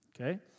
Okay